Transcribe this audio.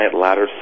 ladder